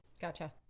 Gotcha